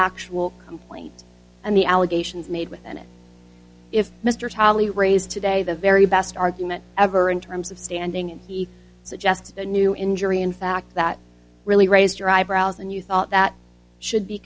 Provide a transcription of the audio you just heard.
actual complaint and the allegations made within it if mr tolley raised today the very best argument ever in terms of standing in he suggests a new injury in fact that really raised your eyebrows and you thought that should be